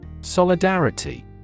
Solidarity